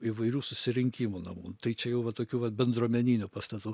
įvairių susirinkimų namų tai čia jau va tokių vat bendruomeninių pastatų